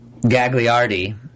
Gagliardi